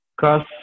cause